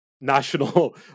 national